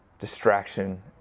Distraction